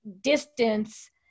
distance